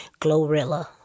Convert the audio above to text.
Glorilla